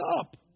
up